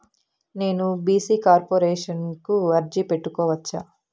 నేను BC corporation కు అర్జీ పెట్టుకోవచ్చా?